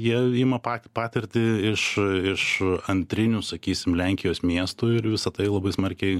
jie ima patirtį iš iš antrinių sakysim lenkijos miestų ir visa tai labai smarkiai